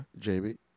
JB